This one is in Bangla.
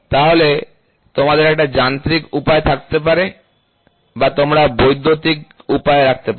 তাহলে তোমাদের একটি যান্ত্রিক উপায় থাকতে পারে বা তোমরা বৈদ্যুতিক উপায় রাখতে পারো